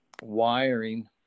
wiring